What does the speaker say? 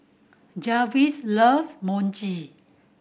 Jarvis love Mochi